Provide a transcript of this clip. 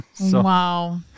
Wow